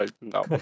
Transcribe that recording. no